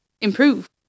improve